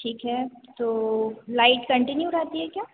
ठीक है तो लाइट कन्टीन्यू रहती है क्या